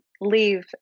leave